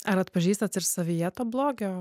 ar atpažįstat ir savyje to blogio